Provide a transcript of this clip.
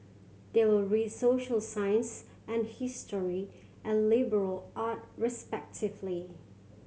they will read social science and history and liberal art respectively